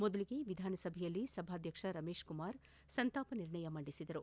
ಮೊದಲಿಗೆ ವಿಧಾನಸಭೆಯಲ್ಲಿ ಸಭಾಧ್ವಕ್ಷ ರಮೇಶ್ ಕುಮಾರ್ ಸಂತಾಪ ನಿರ್ಣಯ ಮಂಡಿಸಿದರು